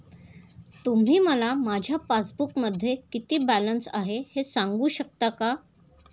तुम्ही मला माझ्या पासबूकमध्ये किती बॅलन्स आहे हे सांगू शकता का?